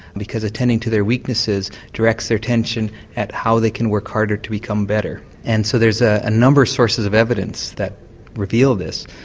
because attending to their weaknesses directs their attention at how they can work harder to become better. and so there's a ah number of sources of evidence that reveal this.